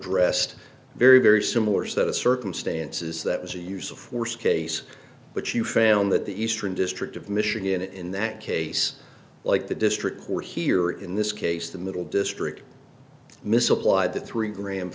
addressed very very similar set of circumstances that was a use of force case but you found that the eastern district of michigan in that case like the district court here in this case the middle district misapplied the three gra